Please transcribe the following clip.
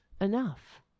enough